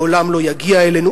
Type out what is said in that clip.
לעולם לא יגיע אלינו,